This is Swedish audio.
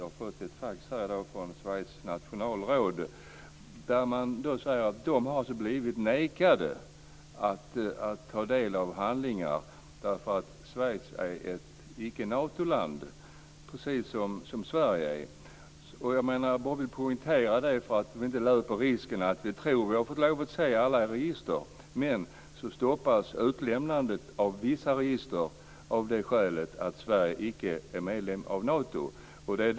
Jag har i dag fått ett fax från Schweiz nationalråd, enligt vilket man där har blivit nekad att få ta del av handlingar därför att Schweiz precis som Sverige är ett icke Natoland. Jag vill poängtera detta, så att vi inte löper risken att tro att vi har fått se alla register - men vissa register stoppas från att lämnas ut av det skälet att Sverige inte är medlem i Nato.